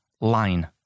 line